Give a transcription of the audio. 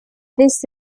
this